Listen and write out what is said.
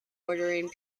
ordering